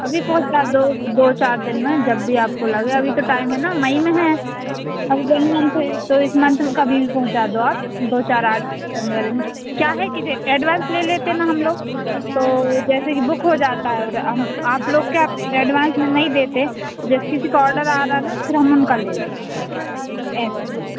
अभी और क्या दो चार दिन में जब भी आपको लगे अभी तो टाइम है ना मई में है और देंगे फिर तो इस महीने का बिल पहुँचा दो आप दो चार आठ पन्द्रह दिन में क्या है कि देखिये एडवांस ले लेते हैं ना हम लोग तो जैसे कि बुक हो जाता है और हम आप लोग क्या एडवांस में नहीं देते जैसे किसी का ऑर्डर आ रहा है फिर हम उनका ले लेंगे ऐसे